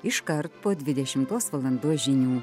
iškart po dvidešimtos valandos žinių